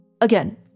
Again